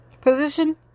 position